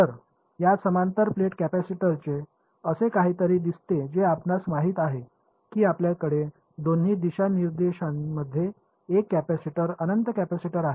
तर या समांतर प्लेट कॅपेसिटरचे असे काहीतरी दिसते जे आपणास माहित आहे की आपल्याकडे दोन्ही दिशानिर्देशांमध्ये एक कॅपेसिटर अनंत कॅपेसिटर आहे